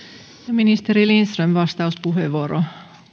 ministeri lindström vastauspuheenvuoro